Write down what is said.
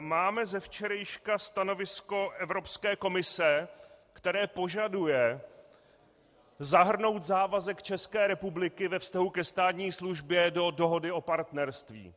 Máme ze včerejška stanovisko Evropské komise, které požaduje zahrnout závazek České republiky ve vztahu ke státní službě do dohody o partnerství.